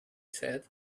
said